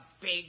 big